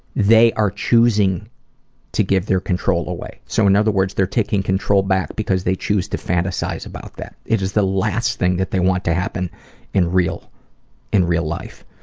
they are choosing to give their control away so in other words, they're taking control back because they choose to fantasize about that. it is the last thing they want to happen in real in real life.